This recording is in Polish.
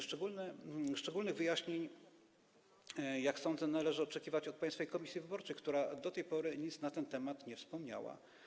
Szczególnych wyjaśnień, jak sądzę, należy oczekiwać od Państwowej Komisji Wyborczej, która do tej pory nic na ten temat nie wspomniała.